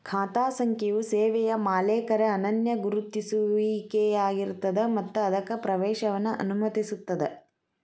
ಖಾತಾ ಸಂಖ್ಯೆಯು ಸೇವೆಯ ಮಾಲೇಕರ ಅನನ್ಯ ಗುರುತಿಸುವಿಕೆಯಾಗಿರ್ತದ ಮತ್ತ ಅದಕ್ಕ ಪ್ರವೇಶವನ್ನ ಅನುಮತಿಸುತ್ತದ